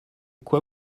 quoi